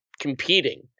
competing